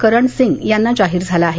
करण सिंग यांना जाहीर झाला आहे